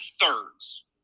thirds